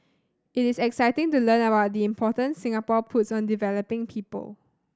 it is exciting to learn about the importance Singapore puts on developing people